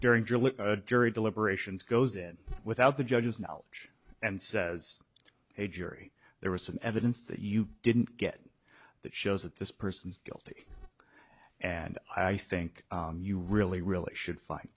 during jury deliberations goes in without the judge's knowledge and says a jury there is some evidence that you didn't get that shows that this person is guilty and i think you really really should find